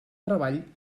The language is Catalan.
treball